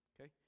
okay